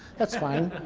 that's fine.